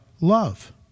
love